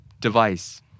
device